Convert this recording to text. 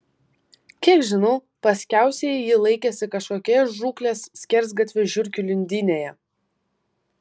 kiek žinau paskiausiai ji laikėsi kažkokioje žūklės skersgatvio žiurkių lindynėje